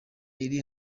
iri